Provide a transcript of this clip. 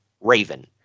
Raven